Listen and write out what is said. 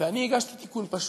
ואני הגשתי תיקון פשוט: